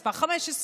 מספר 15,